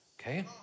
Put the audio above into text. okay